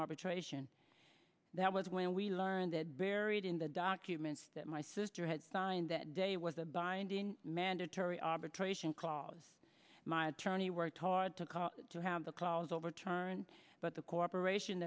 arbitration that was when we learned that buried in the documents that my sister had signed that day was a binding mandatory arbitration clause my attorney worked hard to call to have the clause overturned but the corporation